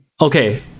okay